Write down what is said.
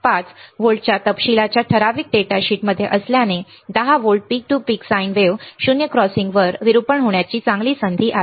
5 व्होल्टच्या तपशीलाच्या ठराविक डेटाशीटमध्ये असल्याने 10 व्होल्ट्स पीक ते पीक साइन वेव्ह 0 क्रॉसिंगवर विरूपण होण्याची चांगली संधी आहे